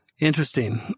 Interesting